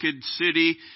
city